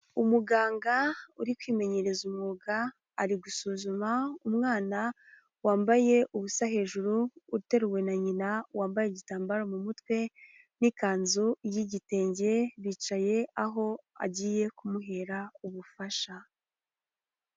Umuganga uri kwimenyereza umwuga, ari gusuzuma umwana wambaye ubusa hejuru, uteruwe na nyina wambaye igitambaro mu mutwe n'ikanzu y'igitenge, bicaye aho agiye kumuhera ubufasha.